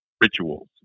rituals